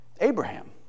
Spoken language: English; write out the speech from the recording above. Abraham